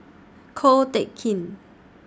Ko Teck Kin